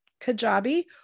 Kajabi